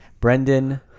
Brendan